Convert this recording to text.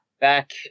back –